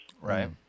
Right